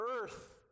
earth